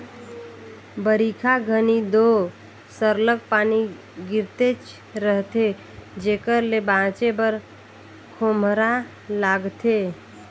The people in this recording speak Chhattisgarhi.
बरिखा घनी दो सरलग पानी गिरतेच रहथे जेकर ले बाचे बर खोम्हरा लागथे